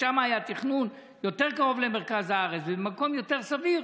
ששם היה תכנון יותר קרוב למרכז הארץ ובמקום יותר סביר,